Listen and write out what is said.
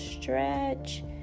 stretch